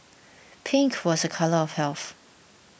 pink was a colour of health